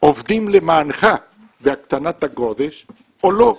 עובדים למענך בהקטנת הגודש או לא,